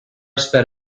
sped